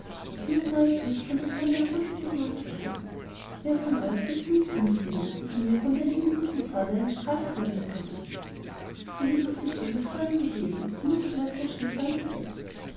es muß neues licht von der sonne heruntergeholt werden wer von euch will für mich hinauffliegen und mir von der lieben guten sonne einen strahl herunterbringen so lebhaft die vögel vorhin gewesen so mäuschenstill wurden sie jetzt